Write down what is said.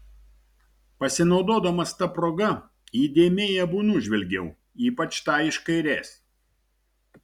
pasinaudodamas ta proga įdėmiai abu nužvelgiau ypač tą iš kairės